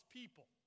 people